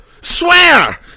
swear